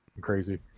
crazy